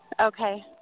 Okay